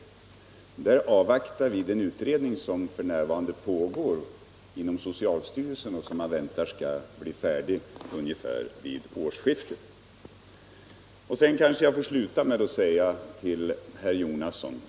På den punkten avvaktar vi den utredning som f.. n. pågår inom socialstyrelsen och som väntas bli färdig ungefär vid årsskiftet. Låt mig sluta med några ord till herr Jonasson.